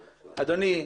אדוני,